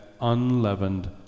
unleavened